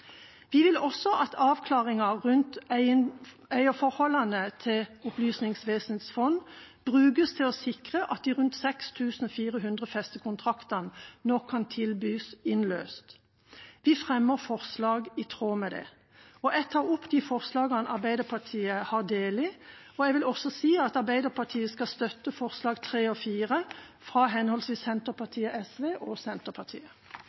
Vi vil også at avklaringer rundt eierforholdene til Opplysningsvesenets fond brukes til å sikre at de rundt 6 400 festekontraktene nå kan tilbys innløst. Vi fremmer forslag i tråd med det. Jeg tar opp forslaget Arbeiderpartiet har sammen med SV. Jeg vil også si at Arbeiderpartiet skal støtte forslagene nr. 3 og 4, fra henholdsvis Senterpartiet og